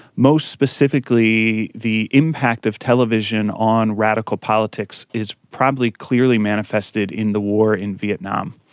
most specifically the impact of television on radical politics is probably clearly manifested in the war in vietnam.